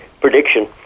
prediction